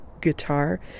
guitar